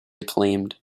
acclaimed